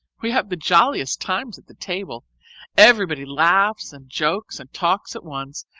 we have the jolliest times at the table everybody laughs and jokes and talks at once,